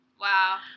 Wow